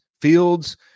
fields